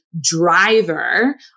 driver